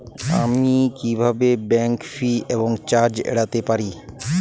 আমি কিভাবে bank fee এবং চার্জ এড়াতে পারি?